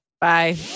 Bye